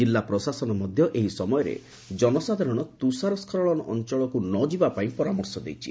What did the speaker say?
ଜିଲ୍ଲା ପ୍ରଶାସନ ମଧ୍ୟ ଏହି ସମୟରେ ଜନସାଧାରଣ ତୁଷାର ସ୍କଳନ ଅଞ୍ଚଳକୁ ନ ଯିବା ପାଇଁ ପରାମର୍ଶ ଦେଇଛି